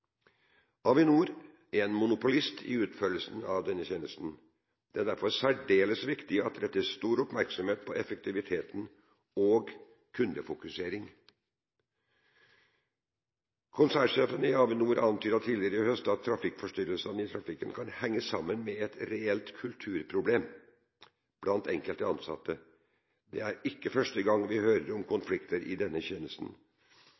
Avinor er en monopolist i utførelsen av denne tjenesten. Det er derfor særdeles viktig at det rettes stor oppmerksomhet på effektivitet og kundefokusering. Konsernsjefen i Avinor antydet tidligere i høst at trafikkforstyrrelsene i flytrafikken kan henge sammen med «et reelt kulturproblem» blant enkelte ansatte. Det er ikke første gang vi hører om konflikter i denne tjenesten.